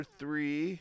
three